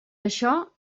això